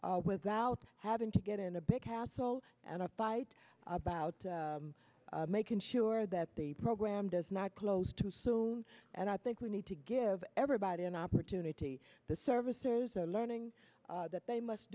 without having to get in a big hassle and a fight about making sure that the program does not close too soon and i think we need to give everybody an opportunity the services are learning that they must